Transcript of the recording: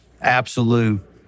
absolute